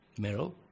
Meryl